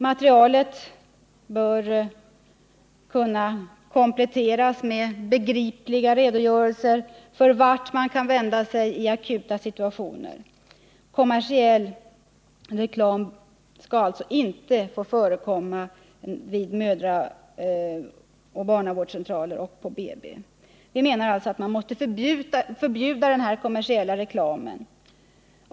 Materialet bör kunna kompletteras med begripliga redogörelser för vart man kan vända sig i akuta situationer. Kommersiell reklam skall alltså inte få förekomma vid mödraoch barnavårdscentraler och på BB. Vi menar att den kommersiella reklamen måste förbjudas.